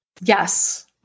Yes